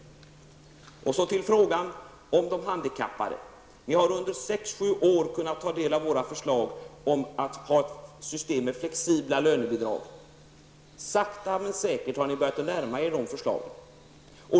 Vidare har vi frågan om de handikappade. Socialdemokraterna har under 6--7 år kunnat ta del av våra förslag om ett system med flexibla lönebidrag. Sakta men säkert har ni börjat närma er förslagen.